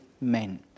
men